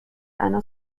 einer